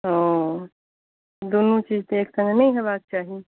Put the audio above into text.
ओऽ दुनू चीज तऽ एक सङ्गे नहि हेबाक चाही